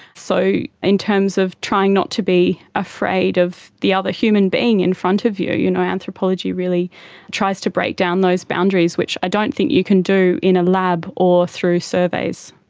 so in terms of trying not to be afraid of the other human being in front of you, you know anthropology really tries to break down those boundaries which i don't think you can do in a lab or through surveys.